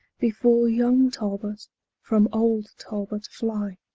before young talbot from old talbot flye,